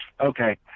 okay